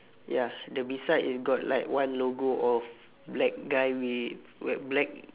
ya the beside is got like one logo of black guy with wear black